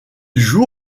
joue